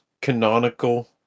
canonical